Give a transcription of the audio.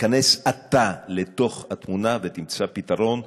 תיכנס אתה לתוך התמונה ותמצא פתרון,